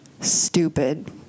stupid